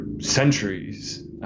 centuries